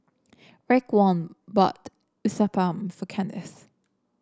Raekwon bought Uthapam for Kennth